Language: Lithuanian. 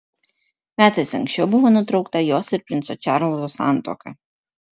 metais anksčiau buvo nutraukta jos ir princo čarlzo santuoka